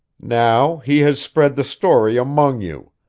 now he has spread the story among you.